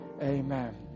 Amen